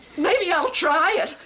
maybe i'll try it.